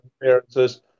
appearances